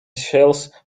shales